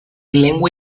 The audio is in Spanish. lengua